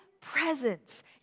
presence